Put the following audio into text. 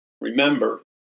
remember